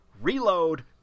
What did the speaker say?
reload